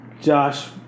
Josh